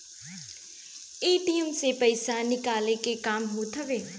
ATM से पईसा निकाले के काम होत हवे